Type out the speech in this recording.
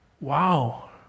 Wow